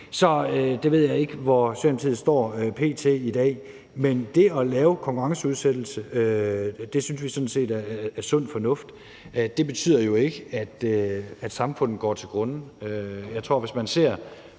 så der ved jeg ikke, hvor Socialdemokratiet står p.t. Men det at lave konkurrenceudsættelse synes vi sådan set er sund fornuft. Det betyder jo ikke, at samfundet går til grunde. Hvis man ser